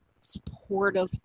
supportive